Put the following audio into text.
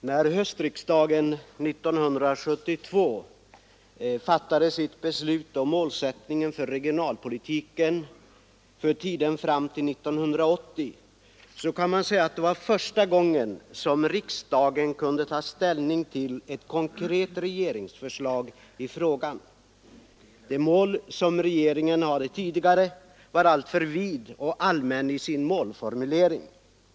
Man kan säga att när höstriksdagen 1972 fattade sitt beslut om målsättningen för regionalpolitiken för tiden fram till 1980 var det första gången som riksdagen kunde ta ställning till ett konkret regeringsförslag i frågan. Den målsättning som regeringen hade tidigare var alltför vid och allmän i sin formulering.